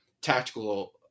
tactical